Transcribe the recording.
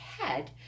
head